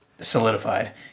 Solidified